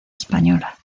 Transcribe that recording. española